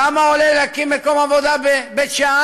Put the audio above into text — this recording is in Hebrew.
כמה עולה להקים מקום עבודה בבית-שאן?